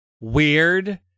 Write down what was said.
weird